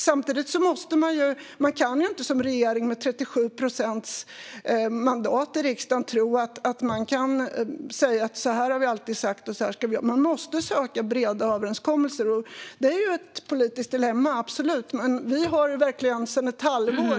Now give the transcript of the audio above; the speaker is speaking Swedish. Samtidigt kan man inte som regering med 37 procent av mandaten i riksdagen säga: Så här har vi alltid gjort. Man måste söka breda överenskommelser. Det är ett politiskt dilemma, absolut, men vi har påtalat det sedan ett halvår.